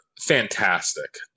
fantastic